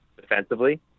defensively